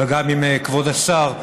גם עם כבוד השר,